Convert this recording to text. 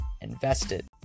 invested